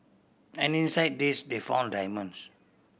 and inside this they found diamonds